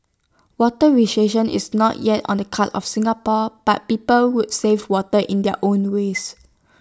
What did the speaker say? water rationing is not yet on the cards of Singapore but people who save water in their own ways